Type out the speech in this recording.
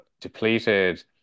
depleted